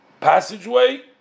passageway